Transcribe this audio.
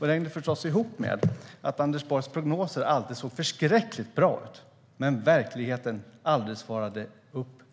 Det hängde förstås ihop med att Anders Borgs prognoser alltid såg förskräckligt bra ut men att verkligheten aldrig svarade upp mot dem.